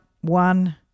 one